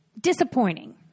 disappointing